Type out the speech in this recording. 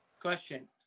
Question